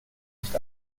nicht